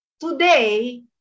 today